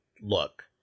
look